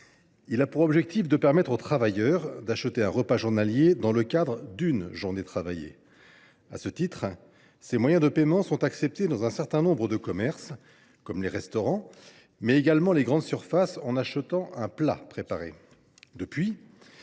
Il a pour objectif de permettre aux travailleurs d’acheter un repas journalier dans le cadre d’une journée travaillée. Ces moyens de paiement sont acceptés dans un certain nombre de commerces, comme les restaurants, mais également les grandes surfaces commercialisant des plats préparés.